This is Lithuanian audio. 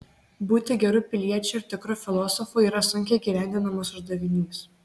būti geru piliečiu ir tikru filosofu yra sunkiai įgyvendinamas uždavinys